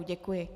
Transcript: Děkuji.